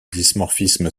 dimorphisme